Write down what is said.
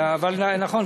אבל נכון,